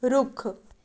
ਰੁੱਖ